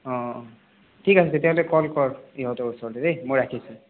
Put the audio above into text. অঁ অঁ ঠিক আছে তেতিয়াহ'লে ক'ল কৰ ইহঁতৰ ওচৰতে দেই মই ৰাখিছো